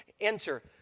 Enter